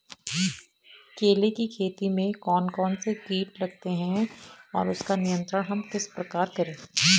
केले की खेती में कौन कौन से कीट लगते हैं और उसका नियंत्रण हम किस प्रकार करें?